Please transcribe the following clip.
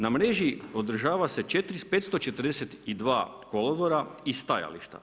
Na mreži održava se 542 kolodvora i stajališta.